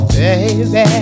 baby